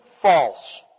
false